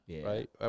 right